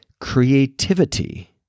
creativity